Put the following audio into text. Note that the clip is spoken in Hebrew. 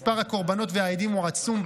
מספר הקורבנות והעדים הוא עצום,